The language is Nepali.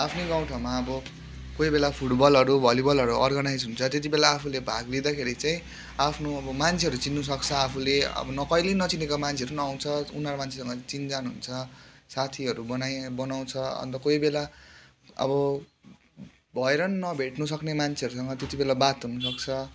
आफ्नो गाउँ ठाउँमा अब कोहीबेला फुटबलहरू भलिबलहरू अर्गनाइज हुन्छ त्यतिबेला आफूले भाग लिँदाखेरि चाहिँ आफ्नो अब मान्छेहरू चिन्नु सक्छ आफूले अब कहिले नचिनेको मान्छेहरू पनि आउँछ उनीहरू मान्छेहरूसँग चिनजान हुन्छ साथीहरू बनाई बनाउँछ अन्त कोही बेला अब भएर नि नभेट्नु सक्ने मान्छेहरूसँग त्यतिबेला बात हुनुसक्छ